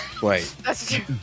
Wait